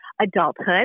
Adulthood